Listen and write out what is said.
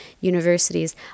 universities